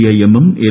I എമ്മും L